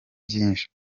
byinshi